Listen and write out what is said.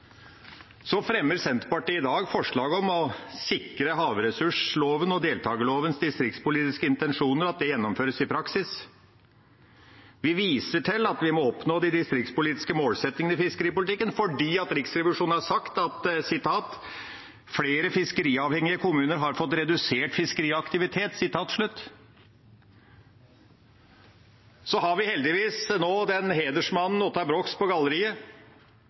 Senterpartiet fremmer i dag forslag om å sikre at havressursloven og deltakerlovens distriktspolitiske intensjoner gjennomføres i praksis. Vi viser til at vi må oppnå de distriktspolitiske målsettingene i fiskeripolitikken, fordi Riksrevisjonen har sagt: «Flere fiskeriavhengige kommuner har fått redusert fiskeriaktivitet.» Vi har heldigvis hedersmannen Ottar Brox på galleriet nå,